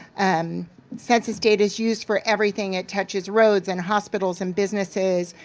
um census data is used for everything. it touches roads and hospitals and businesses.